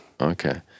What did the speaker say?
Okay